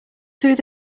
through